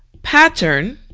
pattern